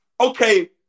Okay